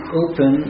open